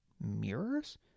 Mirrors